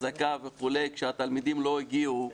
אחזקה וכו' כשהתלמידים לא הגיעו,